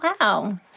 wow